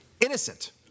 innocent